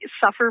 suffer